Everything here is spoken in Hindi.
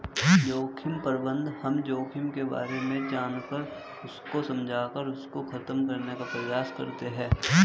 जोखिम प्रबंधन हम जोखिम के बारे में जानकर उसको समझकर उसको खत्म करने का प्रयास करते हैं